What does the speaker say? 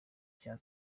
cya